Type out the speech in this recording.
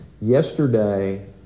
Yesterday